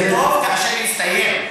זה טוב כאשר זה יסתיים.